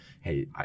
hey